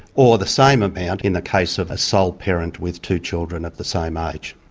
or the same amount in the case of a sole parent with two children of the same age.